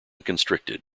constricted